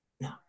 No